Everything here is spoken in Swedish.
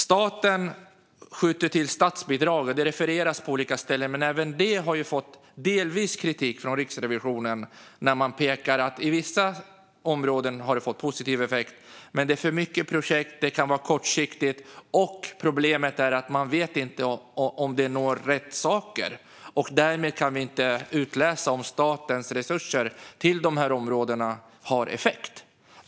Det refereras på olika ställen till att staten skjuter till statsbidrag. Men även detta har delvis fått kritik från Riksrevisionen. I vissa områden har statsbidrag fått en positiv effekt, men det är för många kortsiktiga projekt. Problemet är att vi inte vet om bidragen når rätt saker. Därmed kan vi inte utläsa om statens resurser till dessa områden får effekt.